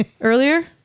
earlier